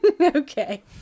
Okay